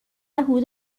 حدود